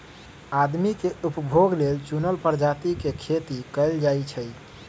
आदमी के उपभोग लेल चुनल परजाती के खेती कएल जाई छई